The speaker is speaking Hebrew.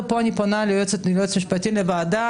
ופה אני פונה ליועץ המשפטי לוועדה,